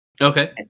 Okay